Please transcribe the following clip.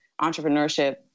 entrepreneurship